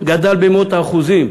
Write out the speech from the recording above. גדל במאות אחוזים.